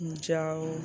जाओ